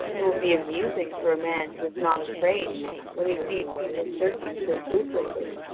it will be amusing for a man who is not afraid when he sees people searching so fruitlessly,